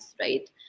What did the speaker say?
right